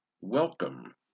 Welcome